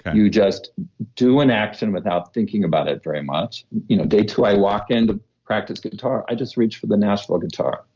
you just do an action without thinking about it very much you know day two i walk in to practice guitar, i just reached for the nashville nashville guitar.